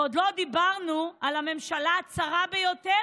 ועוד לא דיברנו על הממשלה הצרה ביותר,